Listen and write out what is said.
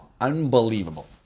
unbelievable